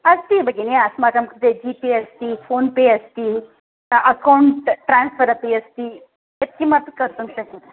अस्ति भगिनि अस्माकं कृते जीपे अस्ति फ़ोन् पे अस्ति अकौण्ट् ट्रान्स्फ़र् अपि अस्ति यत्किमपि कर्तुं शक्यते